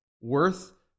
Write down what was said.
worth